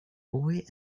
boy